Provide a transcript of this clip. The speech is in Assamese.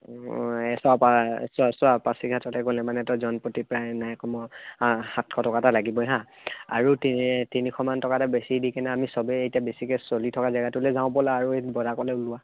অঁ পাছতে গ'লে মানে সাতশ টকা এটা লাগিবই হাঁ আৰু তিনিশমান টকা এটা বেছি দি কিনে আমি সবে এতিয়া বেছিকৈ চলি থকা জেগাটোলৈ যাওঁ